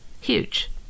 huge